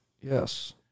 Yes